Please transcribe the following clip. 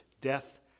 Death